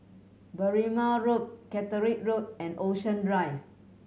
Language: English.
Berrima Road Catterick Road and Ocean Drive